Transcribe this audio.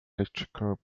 electrical